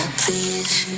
please